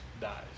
dies